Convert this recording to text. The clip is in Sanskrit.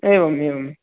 एवम् एवम्